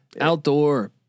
outdoor